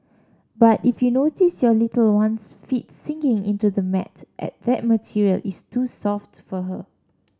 but if you notice your little one's feet sinking into the mat at that material is too soft for her